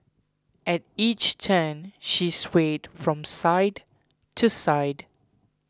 at each turn she swayed from side to side